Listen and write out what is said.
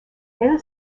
elle